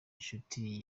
nshuti